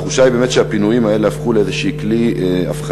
התחושה היא באמת שהפינויים האלה הפכו לאיזשהו כלי הפחדה